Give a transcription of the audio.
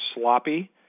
sloppy